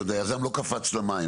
שעוד היזם לא קפץ למים.